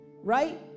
right